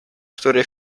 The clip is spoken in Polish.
który